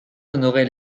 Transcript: honoré